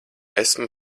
esmu